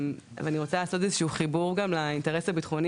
ואני רוצה לעשות איזה שהוא חיבור גם לאינטרס הציבורי,